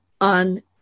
on